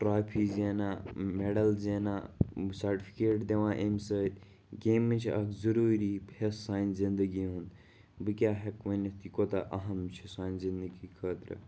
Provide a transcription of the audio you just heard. trophy زینان medal زینان بیٚیہِ سٹفِکیٹ دِوان امہِ سۭتۍ گیمٕز چھِ اَکھ ضٔروٗری حِصہٕ سانہِ زندگی ہُنٛد بہٕ کیٛاہ ہٮ۪کہٕ ؤنِتھ یہِ کوٗتاہ اہم چھِ سانہِ زندگی خٲطرٕ